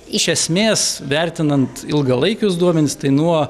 iš esmės vertinant ilgalaikius duomenis tai nuo